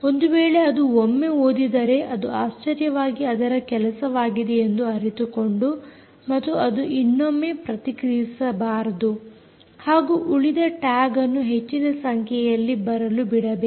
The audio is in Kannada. ಒಂದು ವೇಳೆ ಅದು ಒಮ್ಮೆ ಓದಿದರೆ ಅದು ಆಶ್ಚರ್ಯವಾಗಿ ಅದರ ಕೆಲಸವಾಗಿದೆ ಎಂದು ಅರಿತುಕೊಂಡು ಮತ್ತು ಅದು ಇನ್ನೊಮ್ಮೆ ಪ್ರತಿಕ್ರಿಯಿಸಬಾರದು ಹಾಗೂ ಉಳಿದ ಟ್ಯಾಗ್ ಅನ್ನು ಹೆಚ್ಚಿನ ಸಂಖ್ಯೆಯಲ್ಲಿ ಬರಲು ಬಿಡಬೇಕು